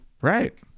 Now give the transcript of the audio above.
Right